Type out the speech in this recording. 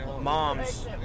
moms